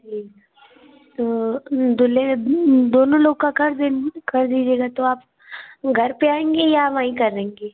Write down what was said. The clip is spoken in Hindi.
जी तो दूल्हे दोनों लोग का कर दें कर दीजिएगा तो आप घर पर आएँगी या वहीं करेंगी